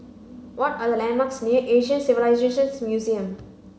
what are the landmarks near Asian Civilisations Museum